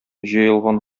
җыелган